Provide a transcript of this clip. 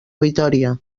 vitòria